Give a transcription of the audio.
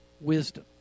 Wisdom